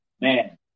man